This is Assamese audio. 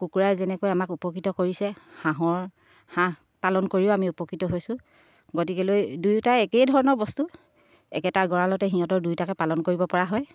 কুকুৰাই যেনেকৈ আমাক উপকৃত কৰিছে হাঁহৰ হাঁহ পালন কৰিও আমি উপকৃত হৈছোঁ গতিকেলৈ দুয়োটা একেই ধৰণৰ বস্তু একেটা গঁৰালতে সিহঁতৰ দুইটাকে পালন কৰিব পৰা হয়